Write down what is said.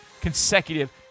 consecutive